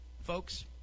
Folks